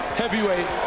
heavyweight